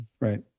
right